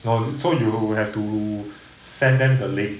orh so you will have to send them the link